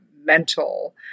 mental